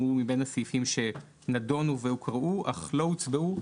הוא בין הסעיפים שנדונו והוקראו אך לא הוצבעו,